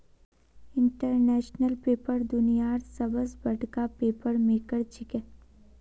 international Paper दुनियार सबस बडका पेपर मेकर छिके